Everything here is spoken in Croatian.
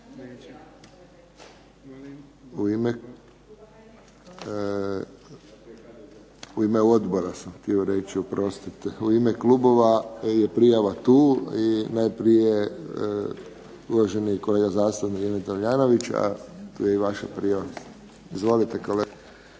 U ime odbora sam htio reći oprostite. U ime klubova je prijava tu. I najprije kolega zastupnik Emil Tomljanović, a tu je i vaša prijava. Izvolite kolega.